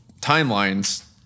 timelines